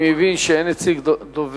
אני מבין שאין דובר